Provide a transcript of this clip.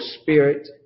spirit